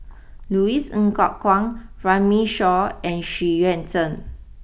Louis Ng Kok Kwang Runme Shaw and Xu Yuan Zhen